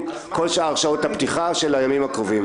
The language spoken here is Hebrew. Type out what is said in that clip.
בנוגע לכל שעות הפתיחה של הימים הקרובים.